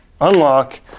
unlock